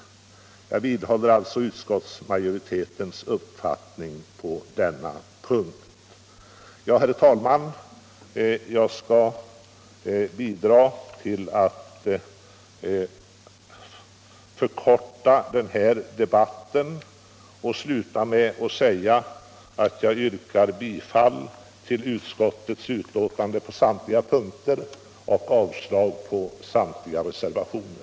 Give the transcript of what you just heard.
Jag vidhåller alltså utskottsmajoritetens uppfattning på denna punkt. Fru talman! Jag skall bidra till att förkorta den här debatten och slutar med att yrka bifall till utskottets hemställan på samtliga punkter och avslag på samtliga reservationer.